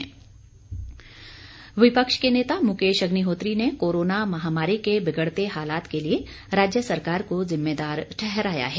मुकेश अग्निहोत्री विपक्ष के नेता मुकेश अग्निहोत्री ने कोरोना महामारी के बिगड़ते हालात के लिए राज्य सरकार को जिम्मेदार ठहराया है